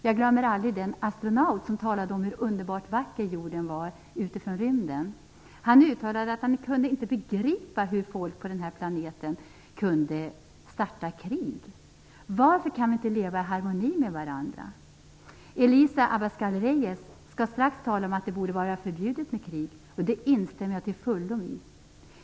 Jag glömmer aldrig den astronaut som talade om hur underbart vacker jorden var utifrån rymden. Han uttalade att han inte kunde begripa hur folk på den här planeten kunde starta krig. Varför kan vi inte leva i harmoni med varandra? Elisa Abascal Reyes skall strax tala om att det borde vara förbjudet med krig, och det instämmer jag till fullo i.